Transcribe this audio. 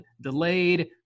delayed